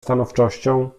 stanowczością